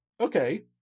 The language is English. okay